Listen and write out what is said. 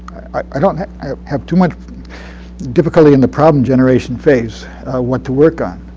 don't have too much difficulty in the problem generation phase what to work on.